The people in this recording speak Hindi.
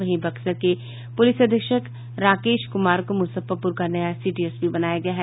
वहीं बक्सर के पुलिस अधीक्षक राकेश कुमार को मुजफ्फरपुर का नया सिटी एसपी बनाया गया है